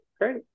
great